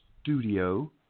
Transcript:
studio